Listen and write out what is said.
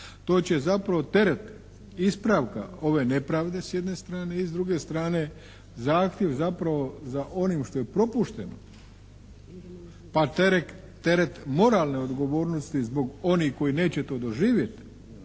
to će zapravo teret ispravka ove nepravde s jedne strane i s druge strane zahtjev zapravo za onim što je propušteno pa teret moralne odgovornosti zbog onih koji neće to doživjeti